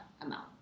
amount